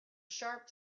sharp